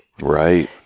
Right